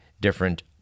different